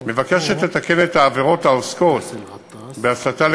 מבקשת לתקן את העבירות העוסקות בהסתה לגזענות,